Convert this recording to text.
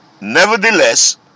Nevertheless